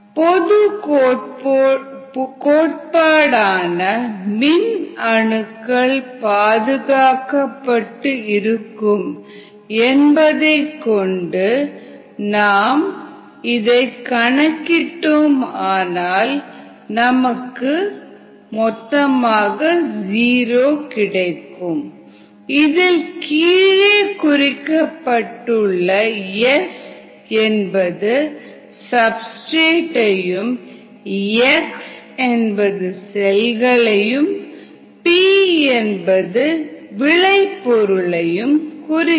பொது கோட்பாடான மின் அணுக்கள் பாதுகாக்கப்பட்டு இருக்கும் என்பதை கொண்டு Γs a 33 b yx x yp p c d 0 இதில் கீழே குறிக்கப்பட்டுள்ள எஸ் என்பது சப்ஸ்டிரேட் ஐயும் எக்ஸ் செல்களையும் பீ விளைபொருள்களையும் குறிக்கும்